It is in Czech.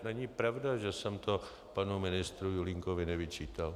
Není pravda, že jsem to panu ministru Julínkovi nevyčítal.